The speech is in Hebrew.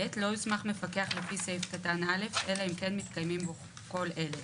לא יוסמך מפקח לפי סעיף קטן (א) אלא אם כן מתקיימים בו כל אלה: